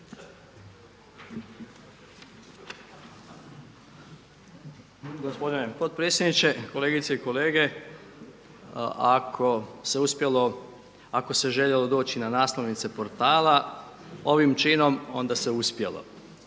Gospodine potpredsjedniče, kolegice i kolege ako se uspjelo, ako se željelo doći na naslovnice portala ovim činom onda se uspjelo.